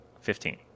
Fifteen